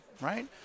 right